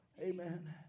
Amen